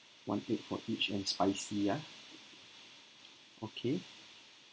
one egg for each and spicy ya okay